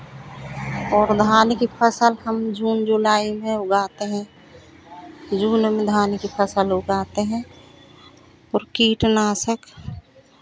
और धान की फसल हम जून जुलाई में उगाते हैं जून में धान की फसल उगाते हैं और कीटनाशक